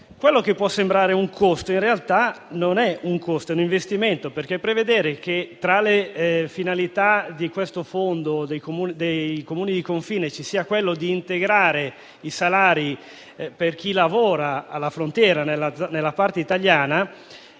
Quello che può sembrare un costo in realtà non lo è. Si tratta, bensì, di un investimento: prevedere che, tra le finalità del fondo dei Comuni di confine, ci sia quello di integrare i salari per chi lavora alla frontiera nella parte italiana,